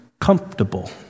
comfortable